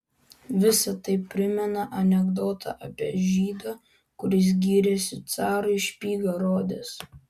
visa tai primena anekdotą apie žydą kuris gyrėsi carui špygą rodęs